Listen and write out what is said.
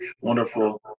wonderful